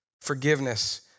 forgiveness